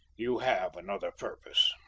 you have another purpose.